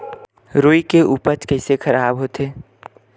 रुई के उपज कइसे खराब होथे?